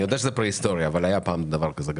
אני יודע שזה פרה היסטורי, אבל היה פעם דבר כזה.